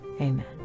amen